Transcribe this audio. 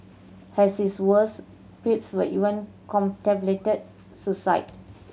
has his worst even contemplated suicide